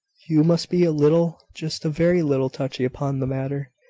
you must be a little, just a very little, touchy upon the matter.